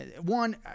one